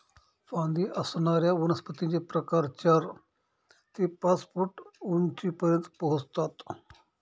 फांदी असणाऱ्या वनस्पतींचे प्रकार चार ते पाच फूट उंचीपर्यंत पोहोचतात